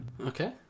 okay